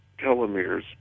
telomeres